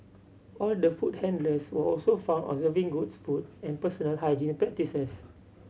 all the food handlers were also found observing goods food and personal hygiene practices